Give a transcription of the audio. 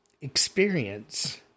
experience